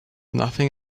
nothing